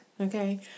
Okay